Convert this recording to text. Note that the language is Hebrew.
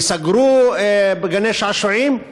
ייסגרו גני-שעשועים?